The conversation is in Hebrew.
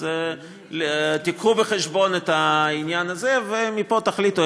אז הביאו בחשבון את העניין הזה ומפה תחליטו